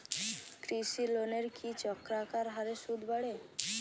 কৃষি লোনের কি চক্রাকার হারে সুদ বাড়ে?